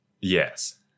Yes